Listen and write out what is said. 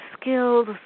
skills